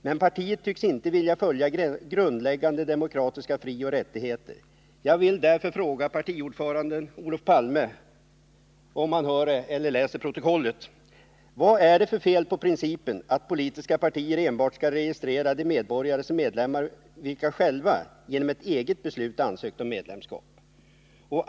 Men partiet tycks inte vilja följa grundläggande demokratiska frioch rättigheter. Jag vill därför fråga partiordföranden Olof Palme, om han lyssnar eller läser protokollet: Vad är det för fel på principen att politiska partier som medlemmar skall registrera enbart de medborgare vilka själva, genom ett eget beslut, ansökt om medlemskap?